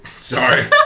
sorry